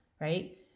right